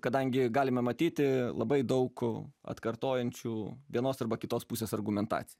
kadangi galime matyti labai daug atkartojančių vienos arba kitos pusės argumentaciją